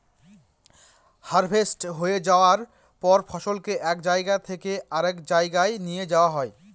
harvest হয়ে যায়ার পর ফসলকে এক জায়গা থেকে আরেক জাগায় নিয়ে যাওয়া হয়